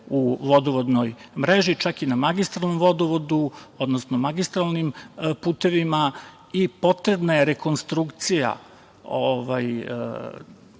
u vodovodnoj mreži, čak i na magistralnom vodovodu, odnosno magistralnim putevima i potrebna je rekonstrukcija